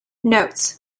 note